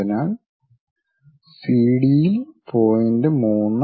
അതിനാൽ സിഡി യിൽ പോയിന്റ് 3